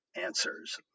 answers